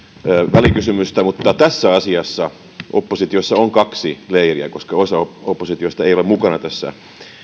välikysymystä mutta tässä asiassa oppositiossa on kaksi leiriä koska osa oppositiosta ei ole mukana tässä